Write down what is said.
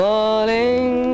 Falling